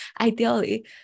ideally